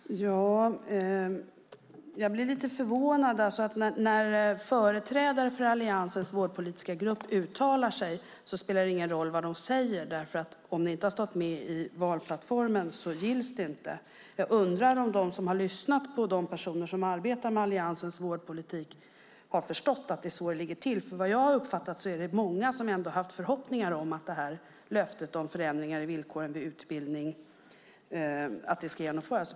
Fru talman! Jag blir lite förvånad. När företrädare för Alliansens vårdpolitiska grupp uttalar sig spelar det ingen roll vad de säger, för om det inte har stått i valplattformen gills det inte. Jag undrar om de som har lyssnat på de personer som arbetar med Alliansens vårdpolitik har förstått att det är så det ligger till. Vad jag har uppfattat är det nämligen många som har haft förhoppningar om att detta löfte om förändringar i villkoren vid utbildning ska genomföras.